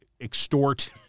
extort